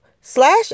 slash